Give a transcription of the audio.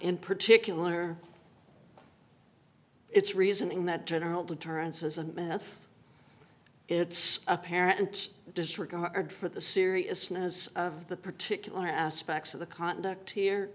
in particular its reasoning that general deterrence isn't meth it's apparent disregard for the seriousness of the particular aspects of the conduct here